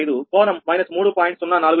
98265 కోణం మైనస్ 3